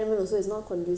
so I I don't know